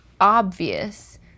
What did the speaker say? obvious